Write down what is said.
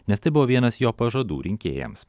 nes tai buvo vienas jo pažadų rinkėjams